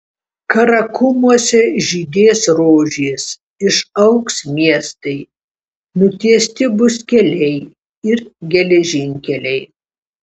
karakumuose žydės rožės išaugs miestai nutiesti bus keliai ir geležinkeliai